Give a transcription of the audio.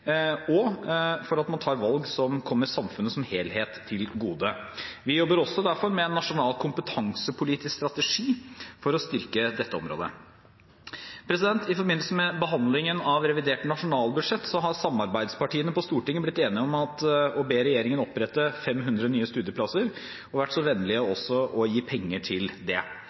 og for at man tar valg som kommer samfunnet som helhet til gode. Vi jobber derfor også med en nasjonal kompetansepolitisk strategi for å styrke dette området. I forbindelse med behandlingen av revidert nasjonalbudsjett har samarbeidspartiene på Stortinget blitt enige om å be regjeringen opprette 500 nye studieplasser og vært så vennlige